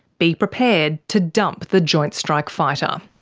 be prepared to dump the joint strike fighter.